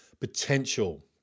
potential